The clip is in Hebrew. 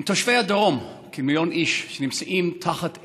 ובתושבי הדרום, כמיליון איש, שנמצאים תחת אש.